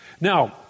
Now